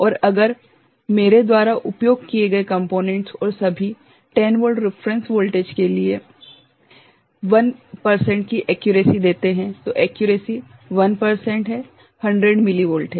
और अगर मेरे द्वारा उपयोग किए गए कम्पोनेंट्स और सभी 10 वोल्ट रिफरेंस वोल्टेज के लिए 1 प्रतिशत की एक्यूरेसी देते हैं तो एक्यूरेसी 1 प्रतिशत है 100 मिलीवोल्ट है